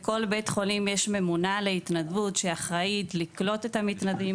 בכל בית חולים יש ממונה על ההתנדבות שאחראית לקלוט את המתנדבים,